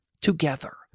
together